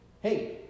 hey